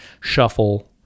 shuffle